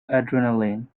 adrenaline